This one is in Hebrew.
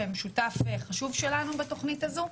שהם שותף חשוב שלנו בתוכנית הזו,